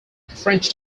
french